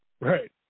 Right